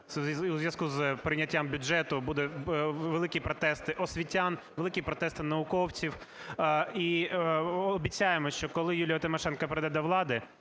у зв'язку з прийняттям бюджету будуть великі протести освітян, великі протести науковців. І обіцяємо, що коли Юлія Тимошенко прийде до влади,